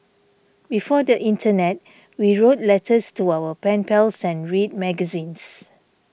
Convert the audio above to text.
before the internet we wrote letters to our pen pals and read magazines